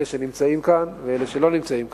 אלה שנמצאים כאן ואלה שלא נמצאים כאן,